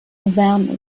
auvergne